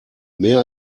mehr